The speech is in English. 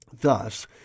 Thus